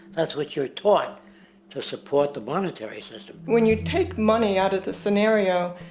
that's what you're taught to support the monetary system. when you take money out of the scenario,